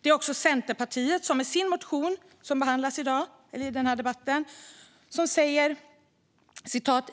Det är också Centerpartiet, som i sin motion, som behandlas här i dag, säger: